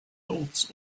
goats